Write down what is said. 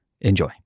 Enjoy